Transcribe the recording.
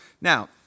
Now